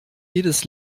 jedes